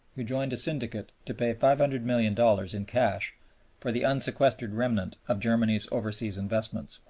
who joined a syndicate to pay five hundred million dollars in cash for the unsequestered remnant of germany's overseas investments.